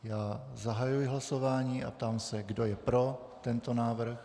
Já zahajuji hlasování a ptám se, kdo je pro tento návrh.